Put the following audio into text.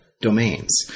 domains